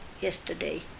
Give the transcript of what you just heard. yesterday